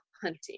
hunting